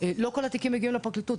לא כול התיקים מגיעים לפרקליטות.